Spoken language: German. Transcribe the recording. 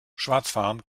schwarzfahren